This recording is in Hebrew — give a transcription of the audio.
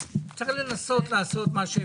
צריך לנסות לעשות מה שאפשר.